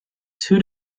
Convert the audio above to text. two